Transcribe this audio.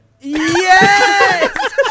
Yes